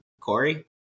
Corey